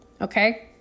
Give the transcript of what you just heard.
okay